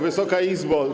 Wysoka Izbo!